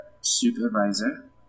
supervisor